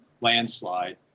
landslide